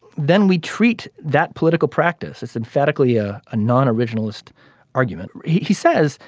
then we treat that political practice as emphatically a ah non originalist argument he he says.